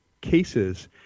cases